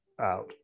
out